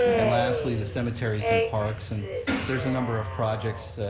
and lastly, the cemeteries and parks, and there's a number of projects that,